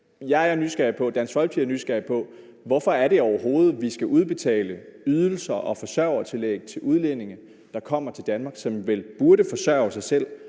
er nysgerrige på, hvorfor det overhovedet er, vi skal udbetale ydelser og forsørgertillæg til udlændinge, der kommer til Danmark, og som vel burde forsørge sig selv.